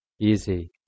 easy